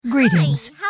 Greetings